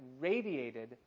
radiated